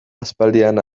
aspaldian